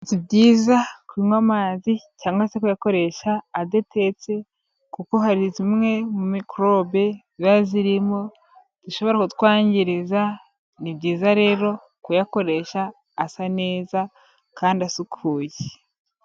Si byiza kunywa amazi cyangwa se kuyakoresha adatetse kuko hari zimwe muri mikorobe ziba zirimo zishobora kutwangiriza, ni byiza rero kuyakoresha asa neza kandi asukuye.